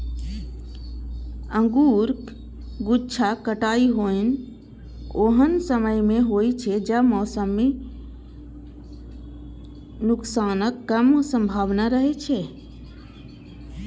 अंगूरक गुच्छाक कटाइ ओहन समय मे होइ छै, जब मौसमी नुकसानक कम संभावना रहै छै